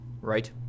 Right